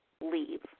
leave